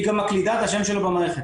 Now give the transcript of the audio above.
היא גם מקלידה את השם שלו במערכת.